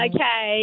Okay